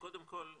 קודם כל,